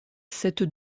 cette